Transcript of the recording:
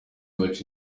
baca